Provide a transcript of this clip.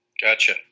Gotcha